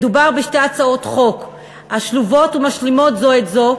מדובר בשתי הצעות חוק השלובות ומשלימות זו את זו,